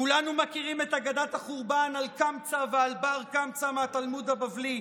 כולנו מכירים את אגדת החורבן על קמצא ועל בר-קמצא מהתלמוד הבבלי.